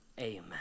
amen